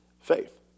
faith